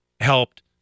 helped